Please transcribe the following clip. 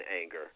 anger